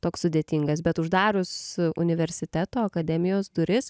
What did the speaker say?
toks sudėtingas bet uždarius universiteto akademijos duris